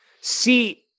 See